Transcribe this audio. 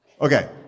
Okay